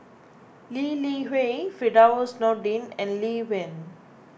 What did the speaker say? Lee Li Hui Firdaus Nordin and Lee Wen